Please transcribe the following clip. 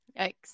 Yikes